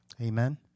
Amen